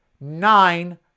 Nine